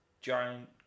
giant